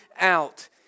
out